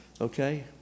okay